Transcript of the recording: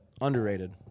Underrated